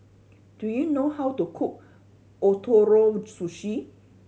do you know how to cook Ootoro Sushi